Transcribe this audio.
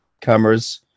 cameras